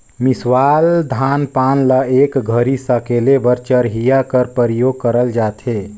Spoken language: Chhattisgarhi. मिसावल धान पान ल एक घरी सकेले बर चरहिया कर परियोग करल जाथे